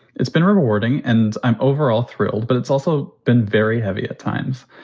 it's been rewarding and i'm overall thrilled, but it's also been very heavy at times.